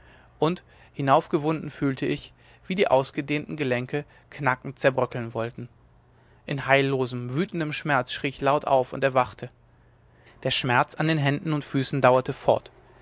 und hinaufgewunden fühlte ich wie die ausgedehnten gelenke knackend zerbröckeln wollten in heillosem wütendem schmerz schrie ich laut auf und erwachte der schmerz an den händen und füßen dauerte fort